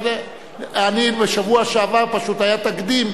בשבוע שעבר היה תקדים,